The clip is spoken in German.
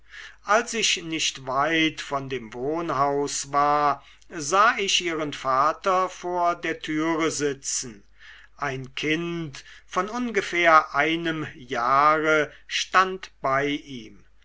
als ich nicht weit von dem wohnhaus war sah ich ihren vater vor der türe sitzen ein kind von ungefähr einem jahre stand bei ihm